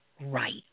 right